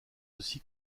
aussi